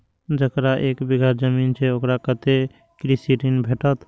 जकरा एक बिघा जमीन छै औकरा कतेक कृषि ऋण भेटत?